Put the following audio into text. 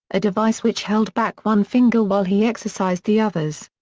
a device which held back one finger while he exercised the others.